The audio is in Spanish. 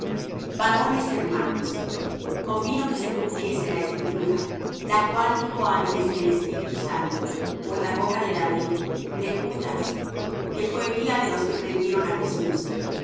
varones hermanos convino que se cumpliese la escritura la cual dijo antes el espíritu santo por la boca de david de judas que fué guía de los que prendieron á jesús